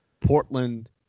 portland